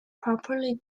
properly